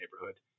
neighborhood